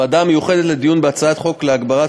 הוועדה המיוחדת לדיון בהצעת חוק להגברת